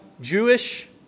Jewish